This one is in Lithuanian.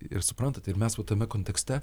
ir suprantat ir mes va tame kontekste